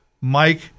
Mike